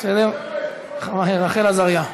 רחל עזריה.